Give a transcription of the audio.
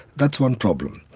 that's one problem.